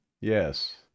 Yes